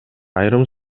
айрым